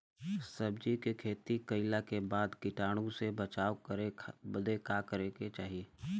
सब्जी के खेती कइला के बाद कीटाणु से बचाव करे बदे का करे के चाही?